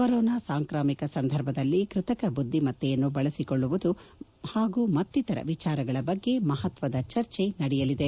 corona ಸಾಂಕ್ರಾಮಿಕ ಸಂದರ್ಭದಲ್ಲಿ ಕೃತಕ ಬುದ್ದಿಮತ್ತೆಯನ್ನು ಬಳಸಿಕೊಳ್ಳುವುದು ಮತ್ತಿತರ ವಿಚಾರಗಳ ಬಗ್ಗೆ ಮಹತ್ವದ ಚರ್ಚೆ ನಡೆಯಲಿದೆ